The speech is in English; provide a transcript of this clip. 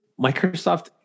microsoft